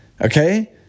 Okay